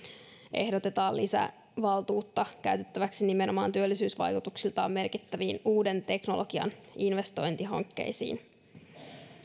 ehdotetaan lisävaltuutta käytettäväksi nimenomaan työllisyysvaikutuksiltaan merkittäviin uuden teknologian investointihankkeisiin